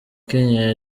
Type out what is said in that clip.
kenya